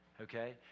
okay